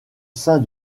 sein